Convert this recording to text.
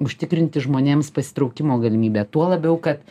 užtikrinti žmonėms pasitraukimo galimybę tuo labiau kad